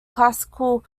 classical